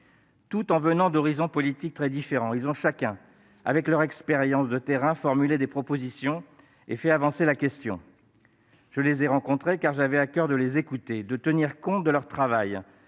Venant d'horizons politiques très différents, ils ont chacun, avec leur expérience de terrain, formulé des propositions et fait avancer la question. Je les ai rencontrés, car j'avais à coeur de les écouter, de tenir compte de leur travail